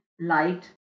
light